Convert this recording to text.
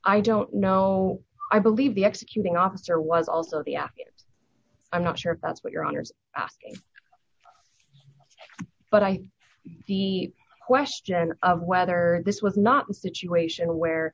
i don't know i believe the executing officer was also the i'm not sure if that's what your honour's but i see a question of whether this was not a situation where